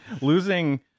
losing